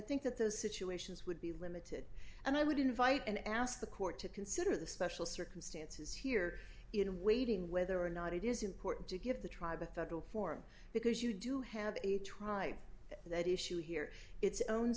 think that those situations would be limited and i would invite and ask the court to consider the special circumstances here in waiting whether or not it is important to give the tribe a federal form because you do have a tribe that issue here its own